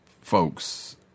folks